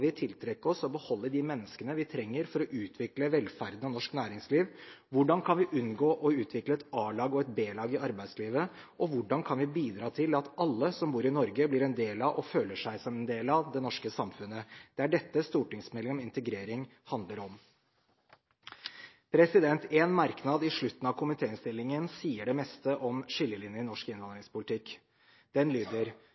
å tiltrekke oss, og beholde, de menneskene vi trenger for å utvikle velferden og norsk næringsliv? Hvordan kan vi unngå å utvikle et A-lag og et B-lag i arbeidslivet? Og hvordan kan vi bidra til at alle som bor i Norge, blir en del av og føler seg som del av det norske samfunnet? Det er dette stortingsmeldingen om integrering handler om. En merknad mot slutten av komitéinnstillingen sier det meste om skillelinjene i norsk